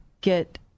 get